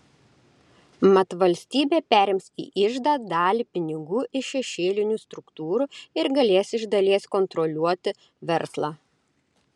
mat valstybė perims į iždą dalį pinigų iš šešėlinių struktūrų ir galės iš dalies kontroliuoti verslą